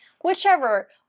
whichever